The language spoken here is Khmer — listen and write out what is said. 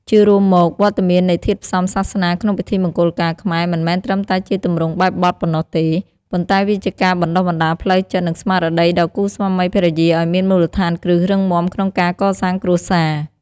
ជារួមមក វត្តមាននៃធាតុផ្សំសាសនាក្នុងពិធីមង្គលការខ្មែរមិនមែនត្រឹមតែជាទម្រង់បែបបទប៉ុណ្ណោះទេ ប៉ុន្តែវាជាការបណ្តុះបណ្តាលផ្លូវចិត្ត និងស្មារតីដល់គូស្វាមីភរិយាឱ្យមានមូលដ្ឋានគ្រឹះរឹងមាំក្នុងការកសាងគ្រួសារ។